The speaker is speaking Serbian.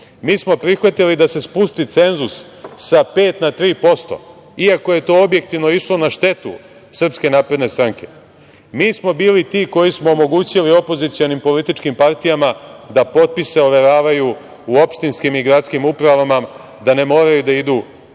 smo prihvatili da se spusti cenzus sa 5% na 3%, iako je to objektivno išlo na štetu SNS. Mi smo bili ti koji smo omogućili opozicionim političkim partijama da potpise overavaju u opštinskim i gradskim upravama, da ne moraju da idu